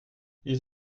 ils